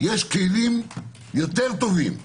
יש כלים טובים יותר,